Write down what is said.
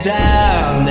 down